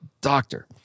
doctor